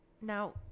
now